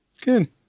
Good